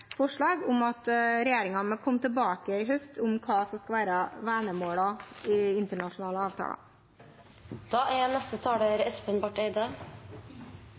forslag om at regjeringen i høst må komme tilbake til hva som skal være vernemålene i internasjonale avtaler.